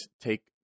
take